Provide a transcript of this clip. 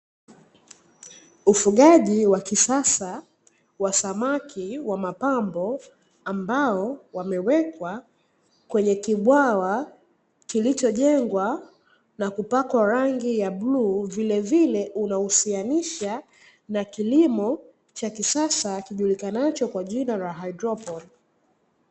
Ufugaji wa kisasa wa samaki wa mapambo, ambao wamewekwa kwenye kibwawa kilichojengwa na kupakwa rangi ya bluu. Vilevile unahusianisha na kilimo cha kisasa kijulikanacho kwa jina la haidroponi.